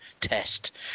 test